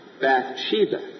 Bathsheba